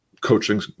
coaching